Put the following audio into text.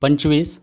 पंचवीस